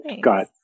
got